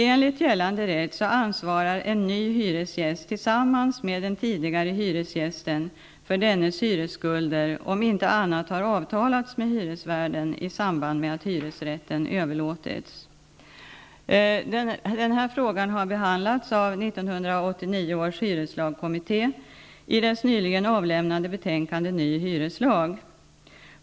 Enligt gällande rätt ansvarar en ny hyresgäst tillsammans med den tidigare hyresgästen för dennes hyresskulder, om inte annat har avtalats med hyresvärden i samband med att hyresrätten överlåtits. Frågan har behandlats av 1989 års hyreslagskommitté i dess nyligen avlämnade betänkande Ny hyreslag.